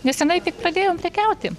nesenai tik pradėjome prekiauti